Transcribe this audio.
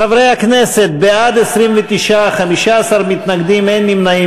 חברי הכנסת, בעד, 29, 15 מתנגדים, אין נמנעים.